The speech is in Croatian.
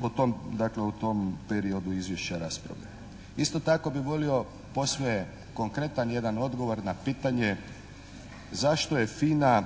o tom, dakle o tom periodu izvješća raspravljamo. Isto tako bi volio posve konkretan jedan odgovor na pitanje zašto je FINA